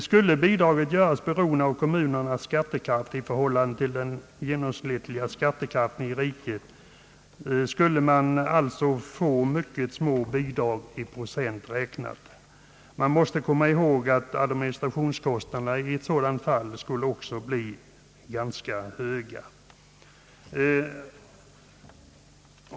Skulle bidraget göras beroende av kommunernas skattekraft i förhållande till den genomsnittliga skattekraften i riket, skulle man alltså få mycket små bidrag i procent räknat. Man måste komma ihåg att administrationskostnaderna i ett sådant fall skulle bli ganska höga.